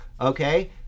Okay